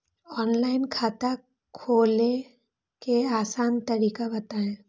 Online खाता खोले के आसान तरीका बताए?